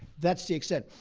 that's the extent.